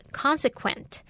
consequent